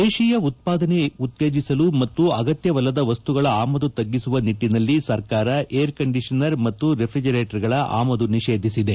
ದೇಶೀಯ ಉತ್ವಾದನೆ ಉತ್ತೇಜಿಸಲು ಮತ್ತು ಅಗತ್ಯವಲ್ಲದ ವಸ್ತುಗಳ ಆಮದು ತಗ್ಗಿಸುವ ನಿಟ್ಟಿನಲ್ಲಿ ಸರ್ಕಾರ ಏರ್ ಕಂಡೀಷನರ್ ಮತ್ತು ರೆಫ್ರಿಜೆಂಟ್ಗಳ ಆಮದು ನಿಷೇಧಿಸಿದೆ